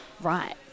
right